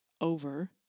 over